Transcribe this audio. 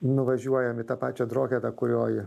nuvažiuojame į tą pačią drohedą kurioj